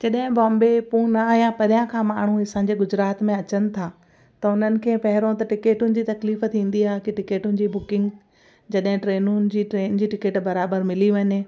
जॾहिं बॉम्बे पूणे या परियां खां माण्हू असांजे गुजरात में अचनि था त उन्हनि खे पहिरों त टिकेटुनि जी तकलीफ़ थींदी आहे कि टिकेटुनि जी बुकिंग जॾहिं ट्रेनुनि जी ट्रेन जी टिकेट बराबरि मिली वञे